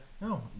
No